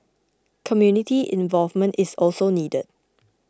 community involvement is also needed